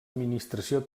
administració